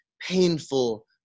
painful